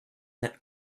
that